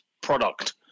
product